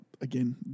again –